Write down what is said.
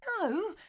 No